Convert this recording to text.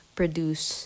produce